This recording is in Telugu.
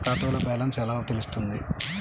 నా ఖాతాలో బ్యాలెన్స్ ఎలా తెలుస్తుంది?